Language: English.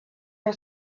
are